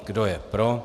Kdo je pro?